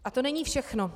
A to není všechno.